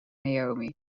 naomi